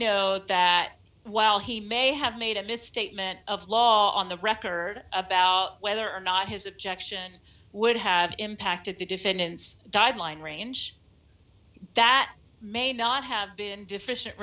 know that while he may have made a misstatement of law on the record about whether or not his objection would have impacted the defendant's dive line range that may not have been deficient